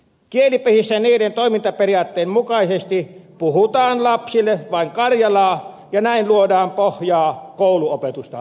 kielipesissä niiden toimintaperiaatteen mukaisesti puhutaan lapsille vain karjalaa ja näin luodaan pohjaa kouluopetusta varten